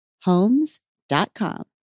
Homes.com